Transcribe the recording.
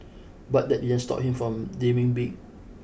but that didn't stop him from dreaming big